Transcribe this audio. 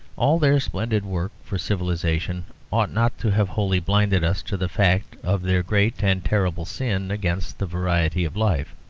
all their splendid work for civilization ought not to have wholly blinded us to the fact of their great and terrible sin against the variety of life.